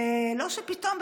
ולא שפתאום,